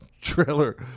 trailer